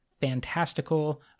fantastical